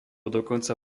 dokonca